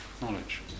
knowledge